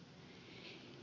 eli ed